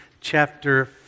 chapter